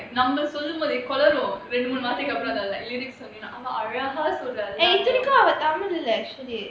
நம்ம சொல்லும்போது கோளறும்:namma sollumpothu kolaarum like lyrics அவ அழகா சொல்ற இத்தனைக்கும் அவ:ava azhaga solra ithanaikkum ava tamil இல்ல:illa